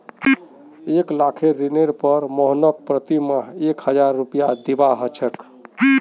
एक लाखेर ऋनेर पर मोहनके प्रति माह एक हजार रुपया दीबा ह छेक